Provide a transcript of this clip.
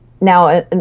now